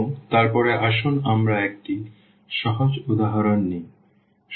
এবং তারপরে আসুন আমরা একটি সহজ উদাহরণ নিই